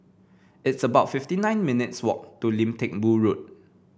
it's about fifty nine minutes' walk to Lim Teck Boo Road